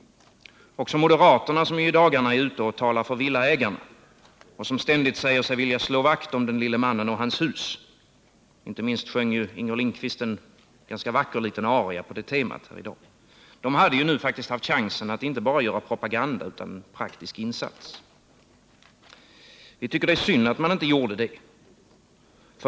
Också moderaterna, som i dagarna är ute och talar för villaägarna och som ständigt säger sig vilja slå vakt om den lille mannen och hans hus inte minst sjöng Inger Lindquist en ganska vacker liten aria på det temat här i dag — hade ju haft chansen att inte bara göra propaganda utan en praktisk insats. Vi tycker det är synd att man inte gjorde det.